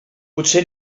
potser